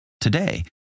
Today